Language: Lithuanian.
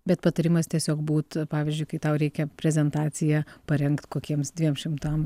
bet patarimas tiesiog būt pavyzdžiui kai tau reikia prezentaciją parengt kokiems dviem šimtam